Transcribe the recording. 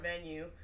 venue